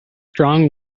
strong